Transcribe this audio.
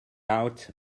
out